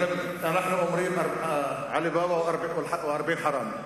אנחנו אומרים "עלי בבא ואלארבעין חראמי".